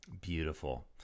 beautiful